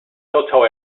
total